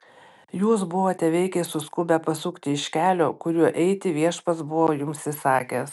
jūs buvote veikiai suskubę pasukti iš kelio kuriuo eiti viešpats buvo jums įsakęs